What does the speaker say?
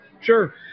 Sure